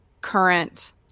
current